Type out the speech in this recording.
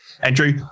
Andrew